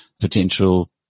potential